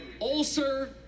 ulcer